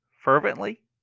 fervently